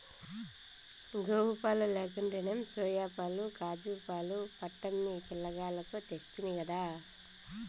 గోవుపాలు లేకుంటేనేం సోయాపాలు కాజూపాలు పట్టమ్మి పిలగాల్లకు తెస్తినిగదా